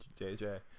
JJ